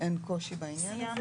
שאין קושי בעניין הזה.